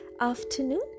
afternoon